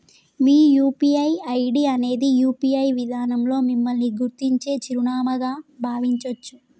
మీ UPI ID అనేది UPI విధానంలో మిమ్మల్ని గుర్తించే చిరునామాగా భావించొచ్చు